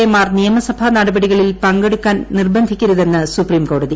A മാർ നിയമസഭാ നടപടികളിൽ പങ്കെടുക്കാൻ നിർബ്ഡിക്കരുതെന്ന് സുപ്രീംകോടതി